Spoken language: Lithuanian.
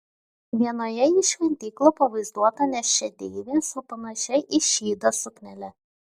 vienoje iš šventyklų pavaizduota nėščia deivė su panašia į šydą suknele